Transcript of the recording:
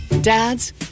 Dads